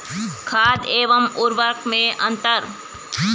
खाद एवं उर्वरक में अंतर?